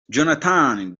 jonathan